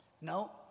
No